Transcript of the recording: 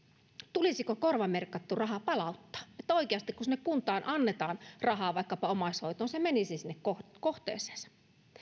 tulisiko korvamerkattu raha palauttaa niin että kun sinne kuntaan annetaan rahaa vaikkapa omaishoitoon se menisi oikeasti sinne kohteeseensa